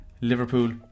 Liverpool